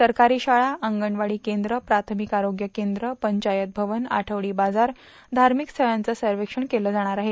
सरकारी शाळा अंगणवाडी केंद्र प्राथमिक आरोग्य केंद्र पंचायत भवन आठवडी बाजार धार्मिक स्वळांचे सर्वेक्षण केले जाणार आहे